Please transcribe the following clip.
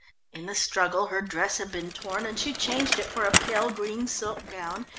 in the struggle her dress had been torn, and she changed it for a pale green silk gown,